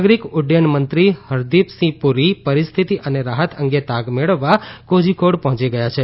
નાગરીક ઉડૃયન મંત્રી હરદીપ સિંહ પુરી પરિસ્થિતિ અને રાહત અંગે તાગ મેળવવા કોઝીકોડ પહોંચી ગયા છે